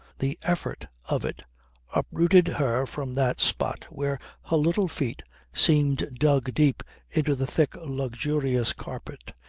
the effort of it uprooted her from that spot where her little feet seemed dug deep into the thick luxurious carpet,